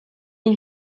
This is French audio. les